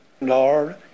Lord